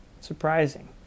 Surprising